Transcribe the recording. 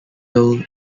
hill